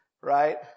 right